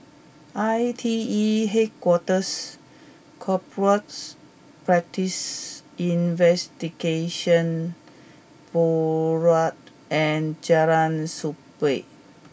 I T E Headquarters Corrupt Practices Investigation Bureau and Jalan Sabit